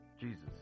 Jesus